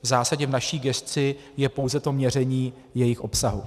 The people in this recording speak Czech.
V zásadě v naší gesci je pouze měření jejich obsahu.